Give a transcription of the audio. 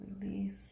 release